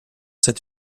cet